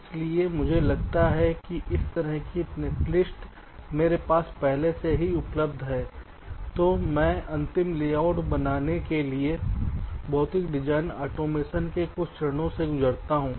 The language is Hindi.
इसलिए मुझे लगता है कि उस तरह की नेटलिस्ट मेरे पास पहले से ही उपलब्ध है तो मैं अंतिम लेआउट बनाने के लिए भौतिक डिजाइन ऑटोमेशन के कुछ चरणों से गुजरता हूं